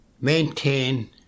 maintain